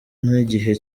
nk’igihe